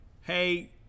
hey